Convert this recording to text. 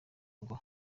ngo